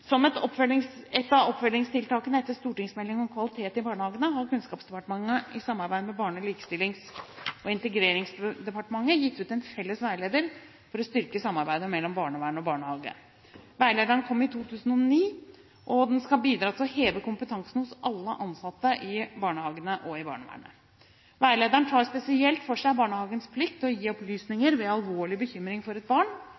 Som et av oppfølgingstiltakene etter stortingsmeldingen om kvalitet i barnehagene har Kunnskapsdepartementet i samarbeid med Barne-, likestillings- og inkluderingsdepartementet gitt ut en felles veileder for å styrke samarbeidet mellom barnevernet og barnehage. Veilederen kom i 2009, og den skal bidra til å heve kompetansen hos alle ansatte i barnehagene og i barnevernet. Veilederen tar spesielt for seg barnehagens plikt til å gi opplysninger ved alvorlig bekymring for et barn.